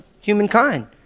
humankind